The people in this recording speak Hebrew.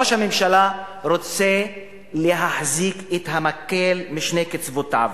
ראש הממשלה רוצה להחזיק את המקל בשני קצותיו,